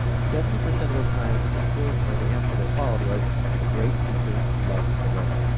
seventy percent of the time, the quote or the answer that followed was a great teacher loves to learn.